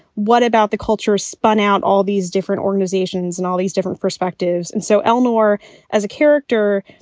what about the culture spun out all these different organisations and all these different perspectives? and so ellmore as a character,